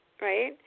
right